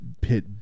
pit